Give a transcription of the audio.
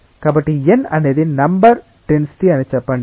కాబట్టి n అనేది number density అని చెప్పండి